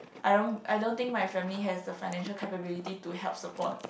I don't I don't think my family has the financial capability to help support